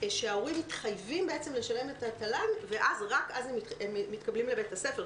שההורים מתחייבים בעצם לשלם את התל"ן ורק אז ילדיהם מתקבלים לבית הספר,